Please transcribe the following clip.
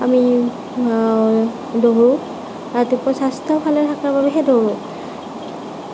আমি দহো ৰাতিপুৱা স্বাস্থ্যৰ ভালে থাকিবলৈহে দৌৰোঁ